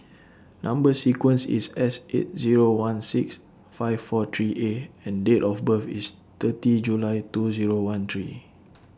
Number sequence IS S eight Zero one six five four three A and Date of birth IS thirty July two Zero one three